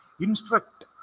instruct